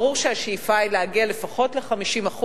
ברור שהשאיפה היא להגיע לפחות ל-50%,